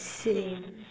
same